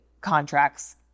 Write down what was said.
contracts